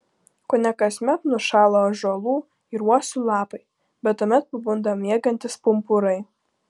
kone kasmet nušąla ąžuolų ir uosių lapai bet tuomet pabunda miegantys pumpurai